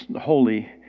Holy